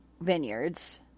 Vineyards